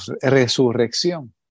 resurrección